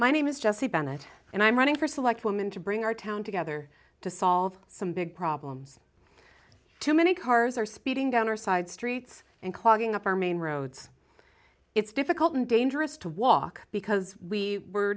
my name is jesse bennett and i'm running for select women to bring our town together to solve some big problems too many cars are speeding down our side streets and clogging up our main roads it's difficult and dangerous to walk because we were